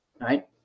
right